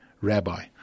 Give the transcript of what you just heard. rabbi